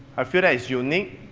i feel that's unique,